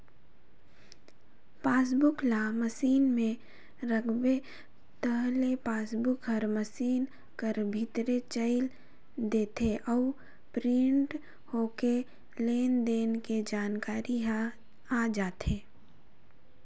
passbook ल machine में राखबे ताहले पासबुक हर मसीन कर भीतरे चइल देथे अउ प्रिंट होके लेन देन के जानकारी ह आ जाथे